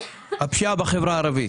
הפשיעה בחברה הערבית.